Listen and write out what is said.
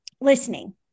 listening